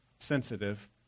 sensitive